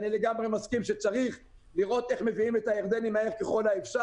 אני לגמרי מסכים שצריך לראות איך מביאים את הירדנים מהר ככל האפשר.